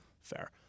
Fair